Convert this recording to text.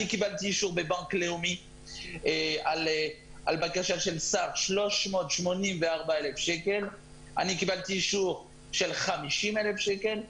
בבנק לאומי על בקשה של 384,000 שקל אני קיבלתי אישור של 50,000 שקל.